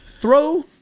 throw